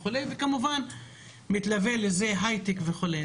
כמובן שמתלווה לזה הייטק וכו'.